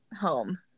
home